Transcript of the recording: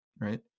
right